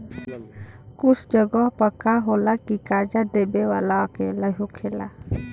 कुछ जगह पर का होला की कर्जा देबे वाला अकेला होखेला